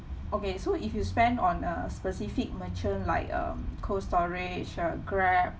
okay so if you spend on a specific merchant like um Cold Storage or Grab